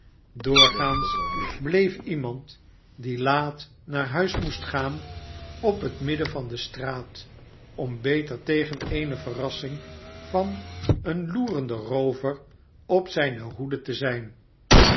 doorgaans bleef iemand die laat naar hms moest gaan op het midden van de straat om beter tegen eene verrassmg van een loerenden roover op zijne hoede te zijn